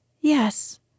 Yes